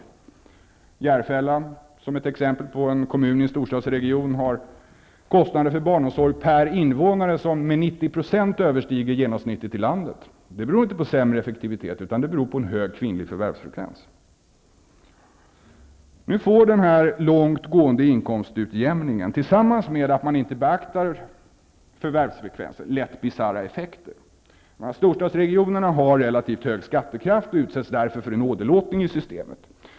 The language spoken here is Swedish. Vi kan ta Järfälla som ett exempel på en kommun i en storstadsregion. Där har man en kostnad för barnomsorg per invånare som överstiger genomsnittet i landet med 90 %. Det beror inte på lägre effektivitet. Det beror på en hög kvinnlig förvärvsfrekvens. Nu får denna långt gående inkomstutjämning, tillsammans med att man inte beaktar förvärvsfrekvensen, lätt bisarra effekter. Storstadsregionerna har relativt hög skattekraft och utsätts därför för en åderlåtning i systemet.